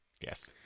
Yes